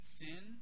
sin